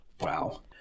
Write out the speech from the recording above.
Wow